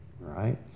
right